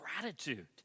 gratitude